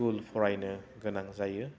school फरायनो गोनां जायो